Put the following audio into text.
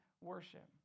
worship